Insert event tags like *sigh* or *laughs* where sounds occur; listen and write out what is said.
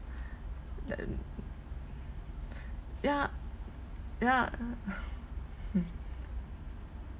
then yeah yeah *laughs* *noise*